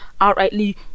outrightly